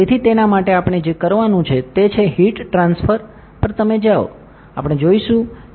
તેથી તેના માટે આપણે જે કરવાનું છે તે છે હીટ ટ્રાન્સફર પર જાઓ આપણે જોઈશું કે અહીં ફિઝિક્સ શું છે